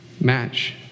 match